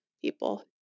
people